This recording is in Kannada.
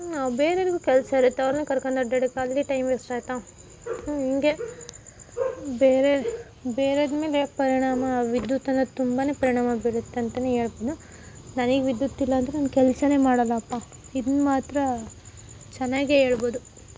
ಬೇರೆಯವ್ರ್ಗೂ ಕೆಲಸ ಇರುತ್ತೆ ಅವ್ರನ್ನ ಕರ್ಕೊಂಡು ಅಡ್ಡಾಡಕ್ಕೆ ಆಗಲಿ ಟೈಮ್ ವೇಸ್ಟ್ ಆಯಿತಾ ಹಿಂಗೆ ಬೇರೆ ಬೇರೆದ್ಮೇಲೆ ಪರಿಣಾಮ ವಿದ್ಯುತ್ತನ್ನದು ತುಂಬಾ ಪರಿಣಾಮ ಬೀಳುತ್ತಂತಲೇ ಹೇಳ್ಬೋದು ನನಗೆ ವಿದ್ಯುತ್ ಇಲ್ಲ ಅಂದರೆ ನಾನು ಕೆಲಸನೆ ಮಾಡಲಪ್ಪ ಇದನ್ನ ಮಾತ್ರ ಚೆನ್ನಾಗೆ ಹೇಳ್ಬೋದು